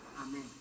Amen